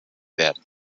werden